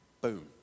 Boom